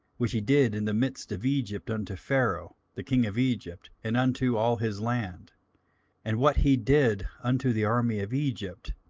which he did in the midst of egypt unto pharaoh the king of egypt, and unto all his land and what he did unto the army of egypt,